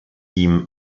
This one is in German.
ihm